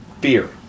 fear